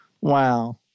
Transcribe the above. Wow